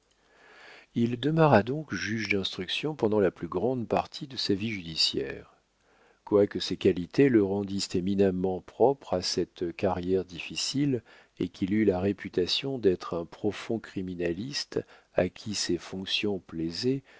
il demeura donc juge d'instruction pendant la plus grande partie de sa vie judiciaire quoique ses qualités le rendissent éminemment propre à cette carrière difficile et qu'il eût la réputation d'être un profond criminaliste à qui ses fonctions plaisaient